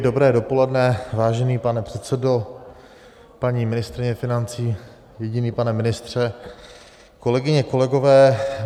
Dobré dopoledne, vážený pane předsedo, paní ministryně financí, jediný pane ministře, kolegyně, kolegové.